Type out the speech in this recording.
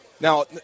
Now